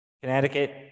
Connecticut